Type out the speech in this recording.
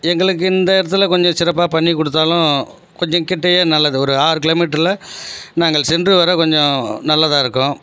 எங்களுக்கு இந்த இடத்தில் கொஞ்சம் சிறப்பாக பண்ணி கொடுத்தாலும் கொஞ்சம் கிட்டயே நல்லது ஒரு ஆறு கிலோமீட்டர்ல நாங்கள் சென்று வர கொஞ்சம் நல்லதாக இருக்கும்